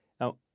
Now